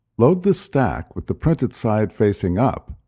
load the stack with the printed side facing up,